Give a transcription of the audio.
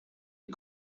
les